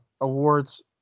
awards